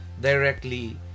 directly